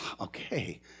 okay